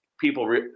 people